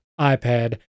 iPad